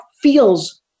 feels